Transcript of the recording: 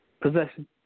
Possession